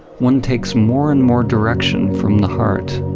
one takes more and more direction from the heart,